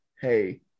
hey